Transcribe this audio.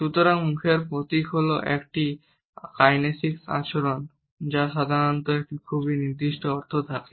সুতরাং মুখের প্রতীক হল একটি কাইনেসিক আচরণ যার সাধারণত একটি খুব নির্দিষ্ট অর্থ থাকে